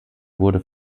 wurde